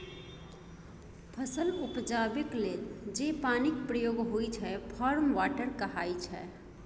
फसल उपजेबाक लेल जे पानिक प्रयोग होइ छै फार्म वाटर कहाइ छै